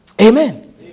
Amen